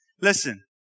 Listen